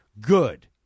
good